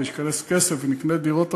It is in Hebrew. כדי שייכנס כסף ונקנה דירות אחרות,